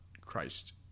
Christ